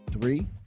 three